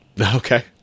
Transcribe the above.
Okay